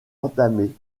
entamé